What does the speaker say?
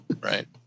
Right